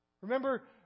Remember